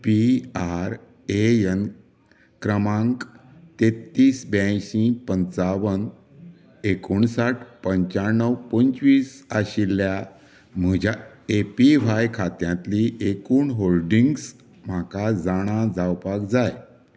P R A N क्रमांक तेत्तीस ब्यांयशी पंचावन एकुणसाठ पंच्याणव पंचवीस आशिल्ल्या म्हज्या ए पी व्हाय खात्यांतली एकुण होल्डिंग्स म्हाका जाणां जावपाक जाय